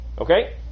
Okay